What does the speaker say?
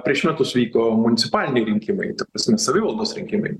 prieš metus vyko municipaliniai rinkimai ta prasme savivaldos rinkimai